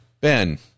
Ben